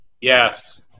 Yes